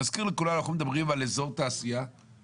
בסוף בואו נהיה אמיתיים, נסתכל על עצמנו במראה.